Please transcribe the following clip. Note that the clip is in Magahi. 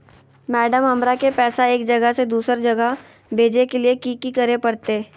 मैडम, हमरा के पैसा एक जगह से दुसर जगह भेजे के लिए की की करे परते?